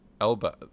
Elba